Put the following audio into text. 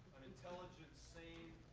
an intelligent, sane,